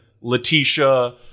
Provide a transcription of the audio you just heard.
Letitia